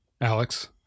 Alex